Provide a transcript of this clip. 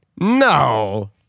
No